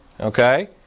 Okay